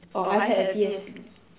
oh I had a P_S_P